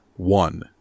One